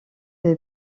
est